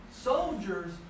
Soldiers